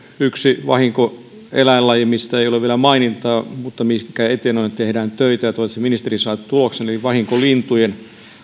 yksi vahinkoeläinlaji mistä ei ole vielä mainintaa mutta minkä eteen tehdään töitä ja toivottavasti ministeri saa tuloksia vahinkolintujen